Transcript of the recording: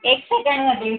एक सेकेंडमध्ये